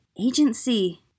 agency